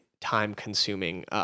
time-consuming